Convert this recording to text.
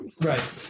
Right